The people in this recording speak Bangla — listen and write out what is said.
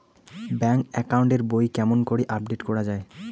ব্যাংক একাউন্ট এর বই কেমন করি আপডেট করা য়ায়?